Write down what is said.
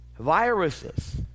Viruses